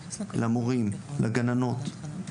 למורים, לגננות.